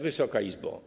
Wysoka Izbo!